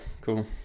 Cool